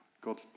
God